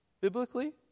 biblically